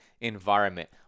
environment